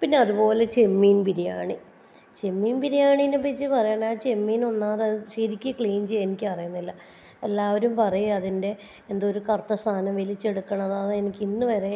പിന്നെ അതുപോലെ ചെമ്മീൻ ബിരിയാണി ചെമ്മീൻ ബിരിയാണിനെ പറ്റി പറയാണേങ്കിൽ ആ ചെമ്മീൻ ഒന്നാമത് അത് ശരിക്ക് ക്ലീൻ ചെയ്യാൻ എനിക്ക് അറിയുന്നില്ല എല്ലാവരും പറയും അതിൻ്റെ എന്തോ ഒരു കറുത്ത സാധനം വലിച്ചെടുക്കണം അതെനിക്ക് ഇന്നുവരെ